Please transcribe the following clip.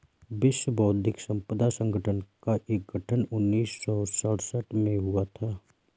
विश्व बौद्धिक संपदा संगठन का गठन उन्नीस सौ सड़सठ में हुआ था